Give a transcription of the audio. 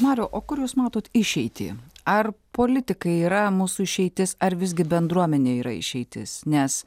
mariau o kur jūs matot išeitį ar politikai yra mūsų išeitis ar visgi bendruomenė yra išeitis nes